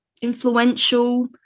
influential